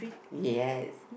yes